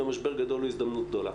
ומשבר גדול הוא הזדמנות גדולה.